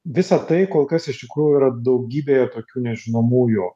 visą tai kol kas iš tikrųjų yra daugybėje tokių nežinomųjų